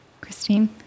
Christine